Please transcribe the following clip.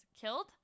killed